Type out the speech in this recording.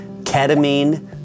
ketamine